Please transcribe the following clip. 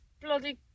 bloody